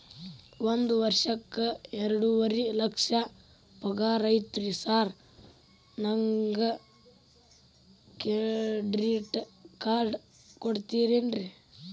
ಒಂದ್ ವರ್ಷಕ್ಕ ಎರಡುವರಿ ಲಕ್ಷ ಪಗಾರ ಐತ್ರಿ ಸಾರ್ ನನ್ಗ ಕ್ರೆಡಿಟ್ ಕಾರ್ಡ್ ಕೊಡ್ತೇರೆನ್ರಿ?